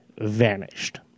vanished